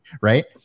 Right